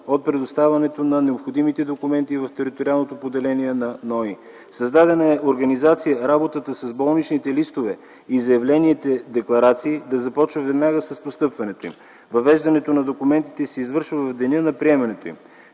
от предоставянето на необходимите документи в териториалното поделение на НОИ. Създадена е организация на работата с болничните листове и заявленията-декларации да започва веднага с постъпването им. Въвеждането на документите се извършва в деня на приемането им.